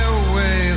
away